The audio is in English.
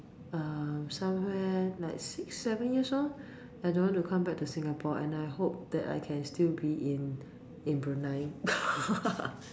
um somewhere like six seven years old I don't want to come back to Singapore and I hope that I can still be in in Brunei